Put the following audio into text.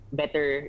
better